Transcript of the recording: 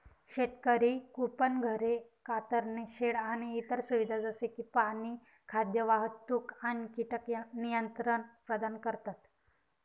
शेतकरी कुंपण, घरे, कातरणे शेड आणि इतर सुविधा जसे की पाणी, खाद्य, वाहतूक आणि कीटक नियंत्रण प्रदान करतात